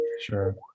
sure